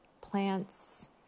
plants